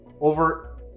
Over